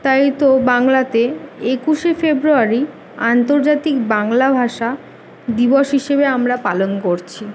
তাই তো বাংলাতে একুশে ফেব্রুয়ারি আন্তর্জাতিক বাংলা ভাষা দিবস হিসেবে আমরা পালন করছি